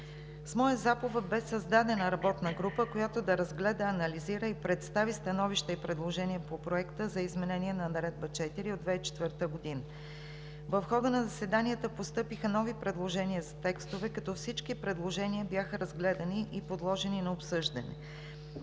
С моя заповед бе създадена работна група, която да разгледа, анализира и представи становища и предложения по Проекта за изменение и допълнение на Наредба № 4 от 2004 г. В хода на заседанията постъпиха нови предложения на текстове, като всички предложения бяха разгледани и подложени на обсъждане.